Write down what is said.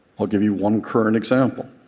i'll give you one current example.